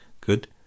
good